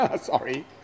sorry